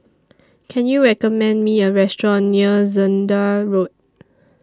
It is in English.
Can YOU recommend Me A Restaurant near Zehnder Road